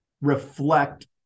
reflect